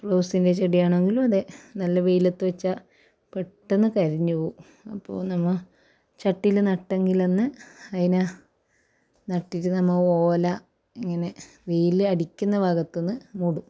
റോസിന്റെ ചെടിയാണെങ്കിലും അതെ നല്ല വെയിലത്ത് വെച്ചാൽ പെട്ടെന്ന് കരിഞ്ഞു പോവും അപ്പോൾ നമ്മൾ ചട്ടിയിൽ നട്ടെങ്കിലെന്ന് അതിനെ നട്ടിട്ട് നമ്മൾ ഓല ഇങ്ങനെ വെയിൽ അടിക്കുന്ന ഭാഗത്ത് നിന്ന് മൂടും